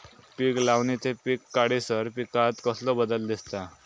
पीक लावणी ते पीक काढीसर पिकांत कसलो बदल दिसता?